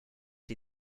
die